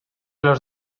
los